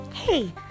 Hey